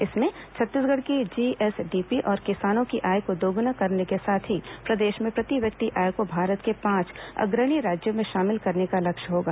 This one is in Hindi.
इसमें छत्तीसगढ़ की जीएसडीपी और किसानों की आय को दोगुना करने के साथ ही प्रदेश में प्रति व्यक्ति आय को भारत के पांच अग्रणी राज्यों में शामिल करने का लक्ष्य होगा